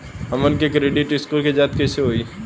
हमन के credit score के जांच कैसे होइ?